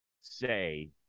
say